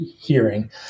hearing